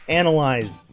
analyze